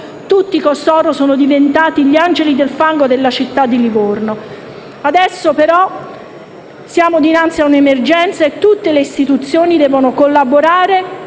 Vigili del fuoco, gli angeli del fango della città di Livorno. Adesso, però, siamo dinanzi a un'emergenza e tutte le istituzioni devono collaborare